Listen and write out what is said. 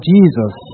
Jesus